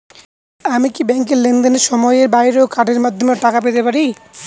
আমি কি ব্যাংকের লেনদেনের সময়ের বাইরেও কার্ডের মাধ্যমে টাকা পেতে পারি?